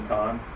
time